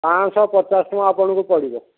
ପାଞ୍ଚଶହ ପଚାଶ ଟଙ୍କା ଆପଣଙ୍କୁ ପଡ଼ିବ